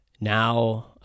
Now